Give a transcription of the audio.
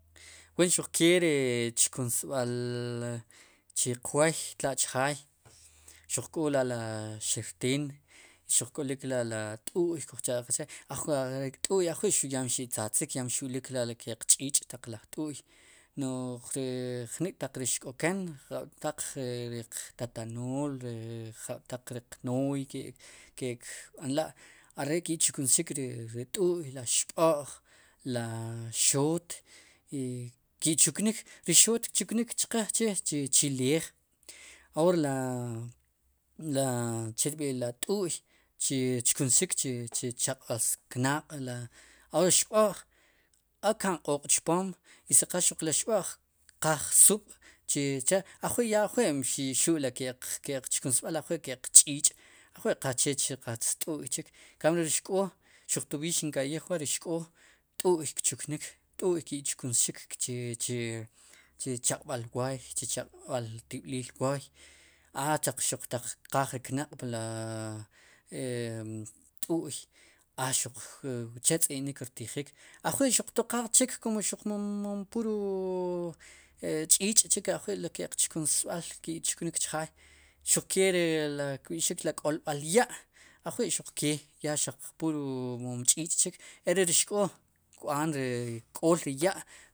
Wa xuq kee ri chkunsb'al la chiq wooy tla'chjaay xuq k'o la' lixerteen xuq k'olik la' li t'u'y kuj cha'qe chee ajwi ri t'u'y ajwi' ya mxi' tzatzik, mxu'lik la' li ke'q ch'ich' taq laj t'u'y no'j ri jnik' ri taq xk'oken jab'taq ri qtatanool ri jab'taq riq nooy ke'k b'anla' are' ke chkunsxik ri t'u'y la xb'o'j, la xoot i ki' chuknik, ri xoot i kchuknik chqe la xoot kchuknik chqe chi leej aor la, la cherb'i'lo la t'u'y chi kchkunsxik chi, chi chaq'sb'al knaq' la aor la xb'o'j o ka'n q'ooq chpom i siqal li xb'o'j kqaaj sub' chi cha' ajwi' ya ajwi' mxu'l li ke'q chkunsb'al ajwi' ke'q ch'ich'ajwi' qaqchechik qatz t'u'y chik emkamb'ie ri xk'oo, xut tob'iiy xin ka'yij wa'ri xk'o t'u'y kchuknik, t'u'y ki chkunsxik chi, chi chi chaq'sb'al wooy, chu chaq'sb'al tib'lil wooy, a xtaq xaq kqaaj ri knaq' pli a t'u'y a xuq chetz'inik rtijik ajwi' xuq toqaarchik mom puro ch'ich' chik ajwi' chkunsb'al ki' chuknik chjaay xuke ri la kb'ixik ri rk'olb'al ya' ajwi' xuq kee xaq pur mon ch'ich' chik e re ri xk'o kk'ool ree ri ya'.